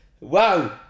Wow